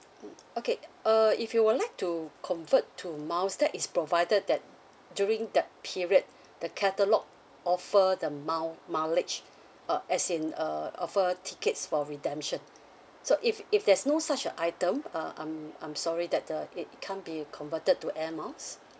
mmhmm okay uh if you would like to convert to miles that is provided that during that period the catalogue offer the mile~ mileage uh as in uh offer tickets for redemption so if if there's no such an item um I'm I'm sorry that uh it can't be converted to air miles